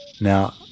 Now